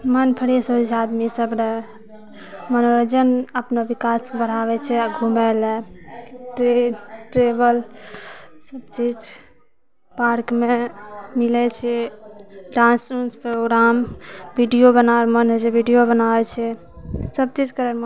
मन फ्रेश हो जाइ छै आदमी सभरे मनोरञ्जन अपना विकास बढ़ाबै छै आ घुमय लेल ट्रेन ट्रेवल सभचीज पार्कमे मिलै छै डान्स वुन्स प्रोग्राम वीडियो बनाबै मन होइ छै वीडियो बनाबै छै सभचीज करयमे